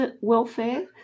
welfare